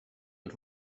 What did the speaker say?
und